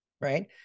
right